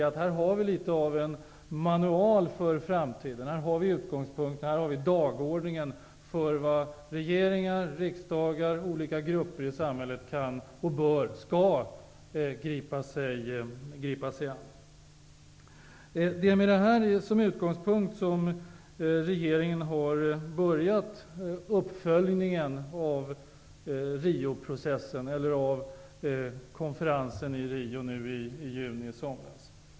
Här har vi litet av en manual för framtiden. Här har vi utgångspunkterna och dagordningen för vad regeringar, riksdagar, olika grupperingar i samhället kan, bör och skall gripa sig an. Det är med detta som utgångspunkt som regeringen har börjat uppföljningen av Riokonferensen.